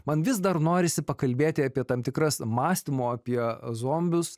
man vis dar norisi pakalbėti apie tam tikras mąstymo apie zombius